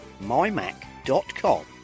mymac.com